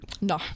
No